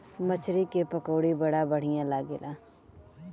मछरी के पकौड़ी बड़ा बढ़िया लागेला